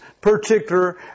particular